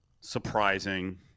surprising